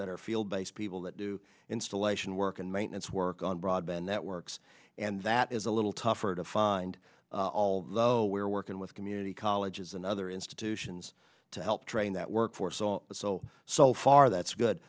that are field based people that do installation work and maintenance work on broadband networks and that is a little tougher to find although we're working with community colleges and other institutions to help train that workforce all so so far that's good